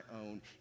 own